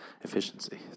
efficiency